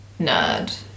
nerd